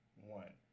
One